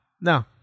no